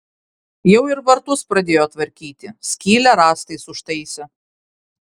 jau ir vartus pradėjo tvarkyti skylę rąstais užtaisė